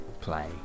play